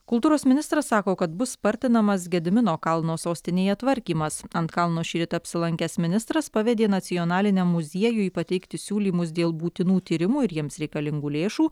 kultūros ministras sako kad bus spartinamas gedimino kalno sostinėje tvarkymas ant kalno šįryt apsilankęs ministras pavedė nacionaliniam muziejui pateikti siūlymus dėl būtinų tyrimų ir jiems reikalingų lėšų